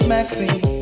Maxine